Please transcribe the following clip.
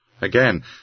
Again